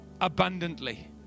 abundantly